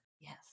yes